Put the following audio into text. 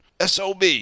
Sob